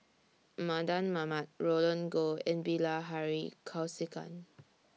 Mardan Mamat Roland Goh and Bilahari Kausikan